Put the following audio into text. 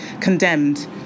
condemned